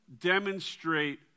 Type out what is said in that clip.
demonstrate